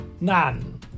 None